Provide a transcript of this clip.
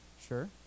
sure